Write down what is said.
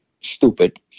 stupid